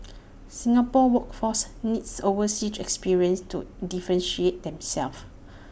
Singapore's workforce needs overseas experience to differentiate itself